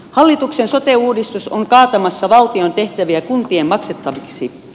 hallituksen sote uudistus on kaatamassa valtion tehtäviä kuntien maksettaviksi